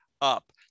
up